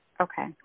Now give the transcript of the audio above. Okay